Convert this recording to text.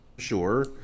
sure